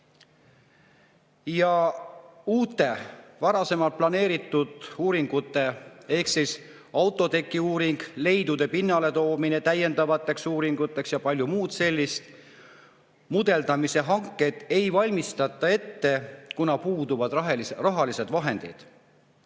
Aga uute varasemalt planeeritud uuringute – autoteki uuring, leidude pinnale toomine täiendavateks uuringuteks ja palju muud sellist – hankeid ei valmistata ette, kuna puuduvad rahalised vahendid.